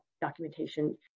documentation